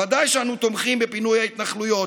ודאי שאנו תומכים בפינוי ההתנחלויות,